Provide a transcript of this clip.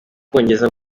bwongereza